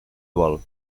vol